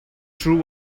true